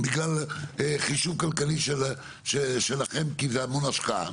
נקרא לזה חישוב כלכלי שלכם כי זה המון השקעה.